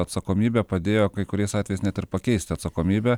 atsakomybę padėjo kai kuriais atvejais net ir pakeisti atsakomybę